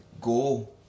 go